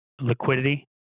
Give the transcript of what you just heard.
liquidity